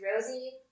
Rosie